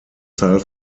zahl